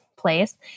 Place